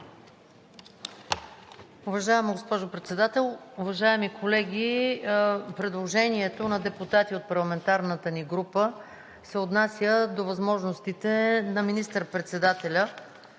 (ИСМВ):Уважаема госпожо Председател, уважаеми колеги! Предложението на депутати от парламентарната ни група се отнася до възможностите на министър-председателя,